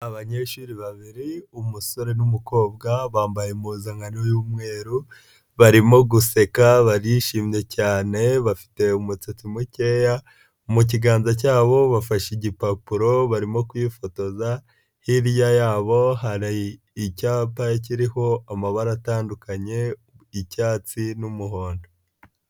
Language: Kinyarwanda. Abanyeshuri babiri, umusore n'umukobwa bambaye impuzankano y'umweru barimo guseka, barishimye cyane, bafite umusatsi mukeya, mu kiganza cyabo bafashe igipapuro, barimo kwifotoza, hirya yabo hari icyapa kiriho amabara atandukanye, icyatsi n'umuhondo.